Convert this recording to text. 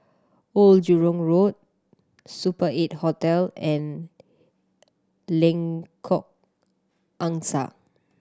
Old Jurong Road Super Eight Hotel and Lengkok Angsa